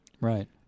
Right